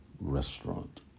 restaurant